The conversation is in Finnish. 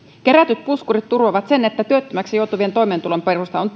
kerätyt puskurit turvaavat sen että työttömäksi joutuvien toimeentulon perusta on